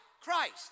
Christ